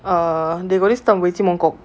err they got this term weiji mong kok